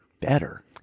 better